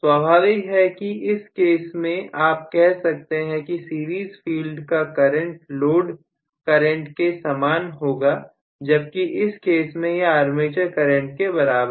स्वाभाविक है कि इस केस में आप कह सकते हैं कि सीरीज फील्ड का करंट लोड करें के समान होगा जबकि इस केस में यह आर्मेचर करंट के बराबर है